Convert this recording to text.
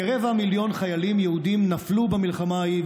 כרבע מיליון חיילים יהודים נפלו במלחמה ההיא,